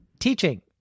teaching